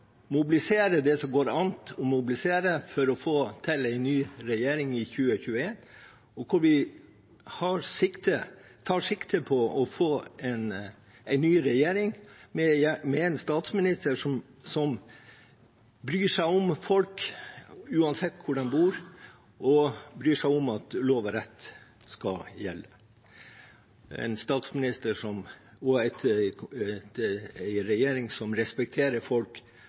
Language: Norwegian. det som går an å mobilisere for å få til en ny regjering i 2021, hvor vi tar sikte på å få en ny regjering med en statsminister som bryr seg om folk uansett hvor de bor, og som bryr seg om at lov og rett skal gjelde – en statsminister og en regjering som respekterer folk på en god måte. Så siste ord er ikke sagt i